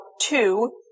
two